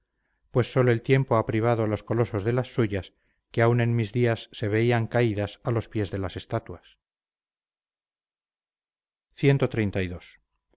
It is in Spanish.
pues solo el tiempo ha privado a los colosos de las suyas que aun en mis días se veían caídas a los pies de las estatuas cxxxii la vaca